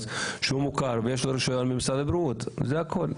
שהוא מוכר ושיש לו אישור ממשרד הבריאות זה הכול.